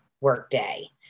workday